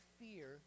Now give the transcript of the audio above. fear